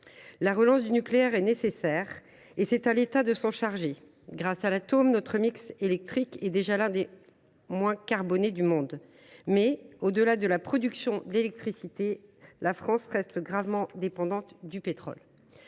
la relance du nucléaire est nécessaire et c’est à l’État de s’en charger. Grâce à l’atome, notre mix électrique est déjà l’un des moins carbonés au monde. Toutefois, au delà de la production d’électricité, la France reste gravement dépendante du pétrole.